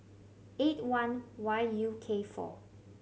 eight one Y U K four